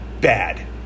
bad